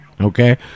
Okay